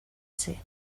ser